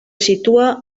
situa